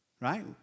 Right